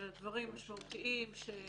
אלא זה מכוון לדברים משמעותיים שבגללם